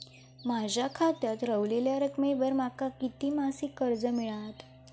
माझ्या खात्यात रव्हलेल्या रकमेवर माका किती मासिक कर्ज मिळात?